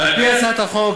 על-פי הצעת החוק,